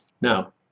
Now